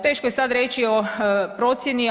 Teško je sada reći o procjeni.